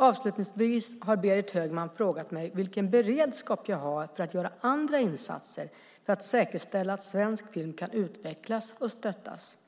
Avslutningsvis har Berit Högman frågat mig vilken beredskap jag har för att göra andra insatser för att säkerställa att svensk film kan utvecklas och stöttas.